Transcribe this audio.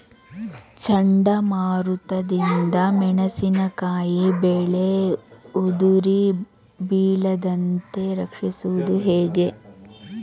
ಚಂಡಮಾರುತ ದಿಂದ ಮೆಣಸಿನಕಾಯಿ ಬೆಳೆ ಉದುರಿ ಬೀಳದಂತೆ ರಕ್ಷಿಸುವುದು ಹೇಗೆ?